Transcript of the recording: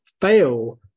fail